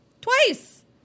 Twice